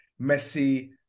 Messi